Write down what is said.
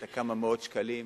את כמה מאות השקלים.